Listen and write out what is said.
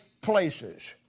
places